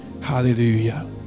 Hallelujah